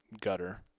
gutter